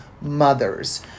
mothers